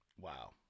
wow